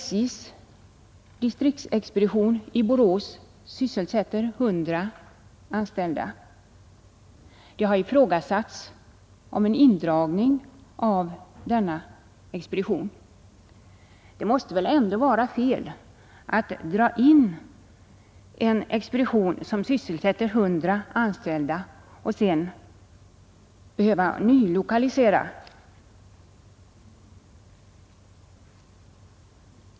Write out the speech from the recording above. SJ:s distriktsexpedition i Borås sysselsätter nu 100 anställda. Det har talats om en indragning av denna expedition. Det måste väl ändå vara fel att dra in en expedition som sysselsätter 100 anställda och sedan behöva nylokalisera ännu fler industrier till regionen.